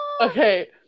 Okay